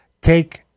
take